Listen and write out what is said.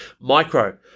Micro